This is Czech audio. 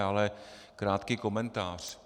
Ale krátký komentář.